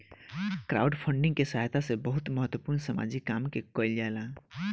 crowdfunding के सहायता से बहुत महत्वपूर्ण सामाजिक काम के कईल जाला